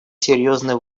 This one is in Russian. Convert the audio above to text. серьезный